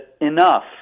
enough